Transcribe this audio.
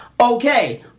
okay